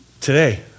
Today